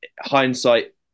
Hindsight